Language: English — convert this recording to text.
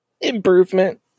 Improvement